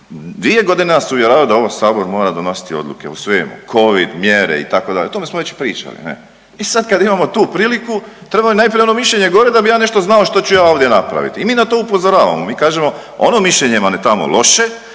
2 godine nas uvjerava da ovaj Sabor mora donositi odluke o svemu, Covid, mjere, itd., o tome smo već pričali, ne? I sad kad imamo tu priliku, trebaju najprije ono mišljenje gore da bih ja nešto znao što ću ja ovdje napraviti i mi na to upozoravamo, mi kažemo, ono mišljenje vam je tamo loše,